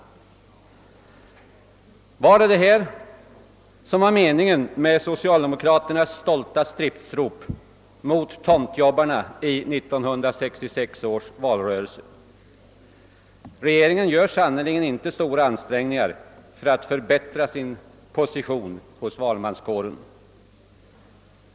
Var detta meningen med socialdemokraternas stolta stridsrop mot tomtjobbarna i 1966 års valrörelse? Regeringen gör sannerligen inte stora ansträngningar för att förbättra sin position hos valmanskåren.